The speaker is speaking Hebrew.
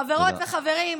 חברות וחברים,